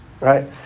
right